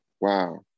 wow